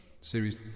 Series